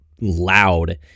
loud